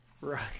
Right